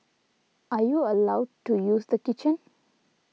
are you allowed to use the kitchen